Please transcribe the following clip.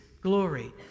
glory